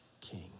king